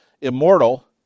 immortal